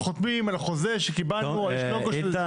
אנחנו חותמים על חוזה שקיבלנו --- איתן,